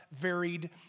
varied